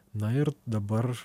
na ir dabar